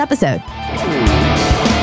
episode